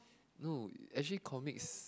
no actually comics